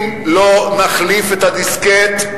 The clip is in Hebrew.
אם לא נחליף את הדיסקט,